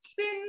thin